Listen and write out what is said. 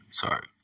sorry